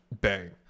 bang